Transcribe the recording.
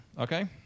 okay